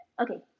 okay